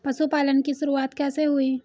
पशुपालन की शुरुआत कैसे हुई?